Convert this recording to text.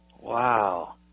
Wow